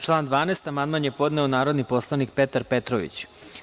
Na član 12. amandman je podneo narodni poslanik Petar Petrović.